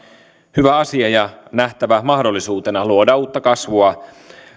hyvä asia ja nähtävä mahdollisuutena luoda uutta kasvua